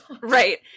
Right